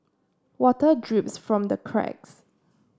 water drips from the cracks